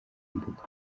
mbuga